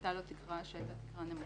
הייתה לו תקרה נמוכה,